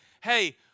hey